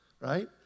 right